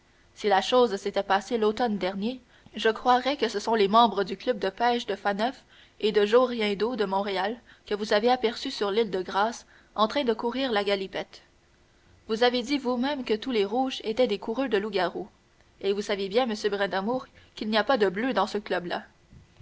si la chose s'était passée l'automne dernier je croirais que ce sont les membres du club de pêche de phaneuf et de joe riendeau de montréal que vous avez aperçus sur l'île de grâce en train de courir la galipette vous avez dit vous-même que tous les rouges étaient des coureux de loup-garou et vous savez bien m brindamour qu'il n'y a pas de bleus dans ce club là